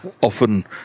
often